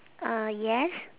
uh yes